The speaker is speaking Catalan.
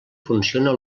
funciona